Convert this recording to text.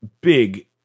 big